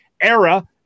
era